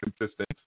consistent